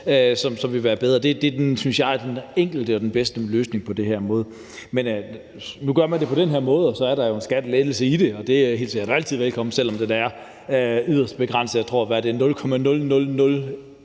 som ville være bedre. Det synes jeg er den mest enkle og den bedste løsning på det her. Men nu gør man det på den her måde, og der er jo en skattelettelse i det, og det er helt sikkert altid velkomment, selv om den er yderst beskeden. Jeg tror, det er 0,00019